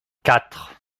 quatre